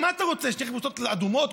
מה, אתה רוצה שילכו בחולצות אדומות?